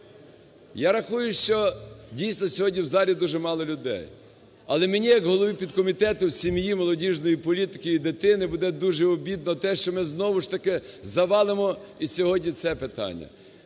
Я рахую, що, дійсно, сьогодні в залі дуже мало людей. Але мені як голові підкомітету сім'ї, молодіжної політики і дитини буде дужеобідно те, що ми знову ж таки завалимо і сьогодні це питання.